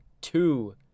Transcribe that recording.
two